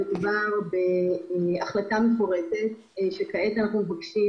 מדובר בהחלטה מפורטת שכעת אנחנו מבקשים